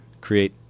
create